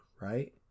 right